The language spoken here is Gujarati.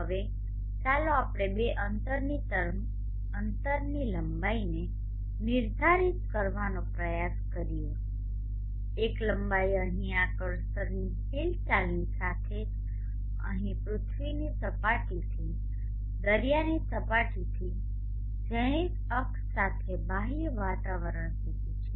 હવે ચાલો આપણે બે અંતરની લંબાઈને નિર્ધારિત કરવાનો પ્રયાસ કરીએ એક લંબાઈ અહીં આ કર્સરની હિલચાલની સાથે જ અહીં પૃથ્વીની સપાટીથી દરિયાની સપાટીથી ઝેનિથ અક્ષ સાથે બાહ્ય વાતાવરણ સુધી છે